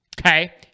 Okay